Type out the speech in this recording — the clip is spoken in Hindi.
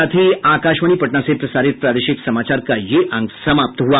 इसके साथ ही आकाशवाणी पटना से प्रसारित प्रादेशिक समाचार का ये अंक समाप्त हुआ